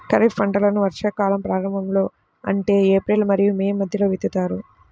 ఖరీఫ్ పంటలను వర్షాకాలం ప్రారంభంలో అంటే ఏప్రిల్ మరియు మే మధ్యలో విత్తుతారు